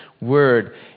word